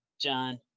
John